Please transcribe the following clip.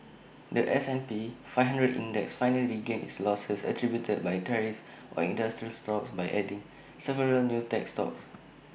The S and P five hundred index finally regained its losses attributed by tariffs on industrial stocks by adding several new tech stocks